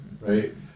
right